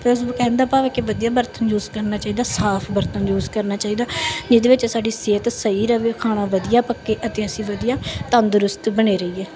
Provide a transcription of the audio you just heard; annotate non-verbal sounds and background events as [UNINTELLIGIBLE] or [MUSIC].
[UNINTELLIGIBLE] ਕਹਿਣ ਦਾ ਭਾਵ ਹੈ ਕਿ ਵਧੀਆ ਬਰਤਨ ਯੂਜ਼ ਕਰਨਾ ਚਾਹੀਦਾ ਸਾਫ਼ ਬਰਤਨ ਯੂਜ਼ ਕਰਨਾ ਚਾਹੀਦਾ ਜਿਹਦੇ ਵਿੱਚ ਸਾਡੀ ਸਿਹਤ ਸਹੀ ਰਹੇ ਖਾਣਾ ਵਧੀਆ ਪੱਕੇ ਅਤੇ ਅਸੀਂ ਵਧੀਆ ਤੰਦਰੁਸਤ ਬਣੇ ਰਹੀਏ